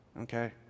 okay